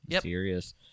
serious